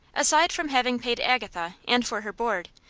aside from having paid agatha, and for her board,